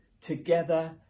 together